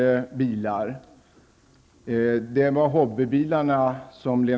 Jag yrkar bifall till hemställan i jordbruksutskottets betänkande.